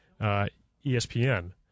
ESPN